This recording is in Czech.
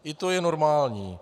I to je normální.